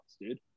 dude